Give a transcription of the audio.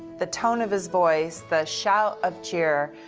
the tone of his voice, the shout of cheer.